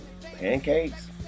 pancakes